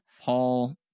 Paul